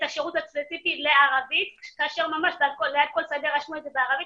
את השירות הספציפי לערבית כאשר ליד כל שדה רשמו את זה בערבית,